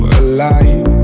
alive